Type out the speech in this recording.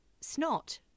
snot